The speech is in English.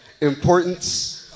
importance